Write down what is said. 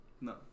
No